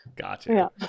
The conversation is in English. gotcha